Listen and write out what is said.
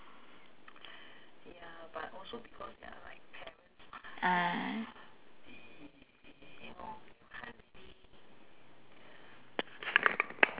ah